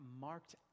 marked